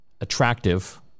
attractive